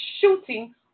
shooting